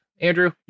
Andrew